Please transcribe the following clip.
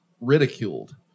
ridiculed